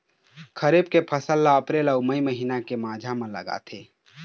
खरीफ के फसल ला अप्रैल अऊ मई महीना के माझा म लगाथे